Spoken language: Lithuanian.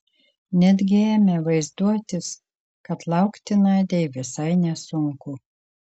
netgi ėmė vaizduotis kad laukti nadiai visai nesunku